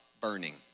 burning